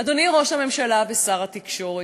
אדוני ראש הממשלה ושר התקשורת,